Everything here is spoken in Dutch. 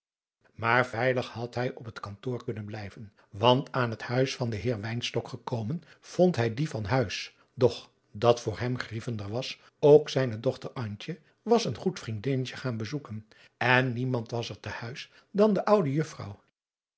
maar veilig had hij op het kantoor kunnen blijven want aan het huis van den heer wynstok gekomen vond hij dien van huis doch dat voor hem grievender was ook zijne dochter antje was een goed vriendinnetje gaan bezoeken en niemand was er te huis dan de oude juffrouw